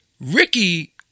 Ricky